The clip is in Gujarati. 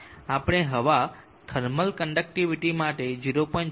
આપણે હવા થર્મલ કન્ડકટીવીટી માટે 0